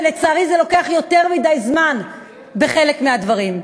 ולצערי זה לוקח יותר מדי זמן בחלק מהדברים.